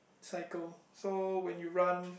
cycle so when you run